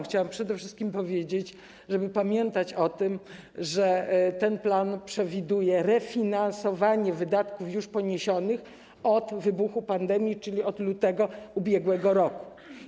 Chciałam przede wszystkim powiedzieć, żeby pamiętać o tym, że ten plan przewiduje refinansowanie wydatków poniesionych od wybuchu pandemii, czyli od lutego ub.r.